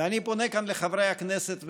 ואני פונה כאן לחברי הכנסת ואומר: